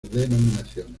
denominaciones